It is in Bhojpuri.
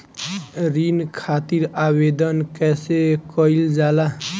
ऋण खातिर आवेदन कैसे कयील जाला?